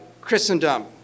Christendom